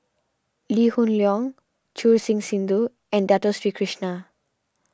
Lee Hoon Leong Choor Singh Sidhu and Dato Sri Krishna